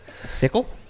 Sickle